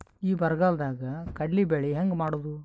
ಈ ಬರಗಾಲದಾಗ ಕಡಲಿ ಬೆಳಿ ಹೆಂಗ ಮಾಡೊದು?